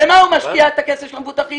במה הוא משקיע את הכסף של המבוטחים?